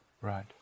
Right